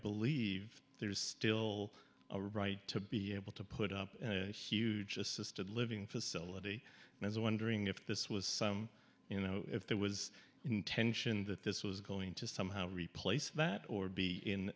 believe there is still a right to be able to put up a system living facility and i was wondering if this was you know if there was intention that this was going to somehow replace that or be in